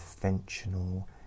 conventional